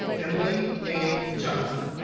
emily a. johnson.